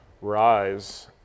rise